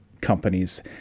companies